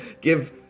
give